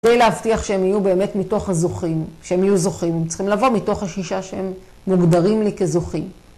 כדי להבטיח שהם יהיו באמת מתוך הזוכים, שהם יהיו זוכים, הם צריכים לבוא מתוך השישה שהם מוגדרים לי כזוכים.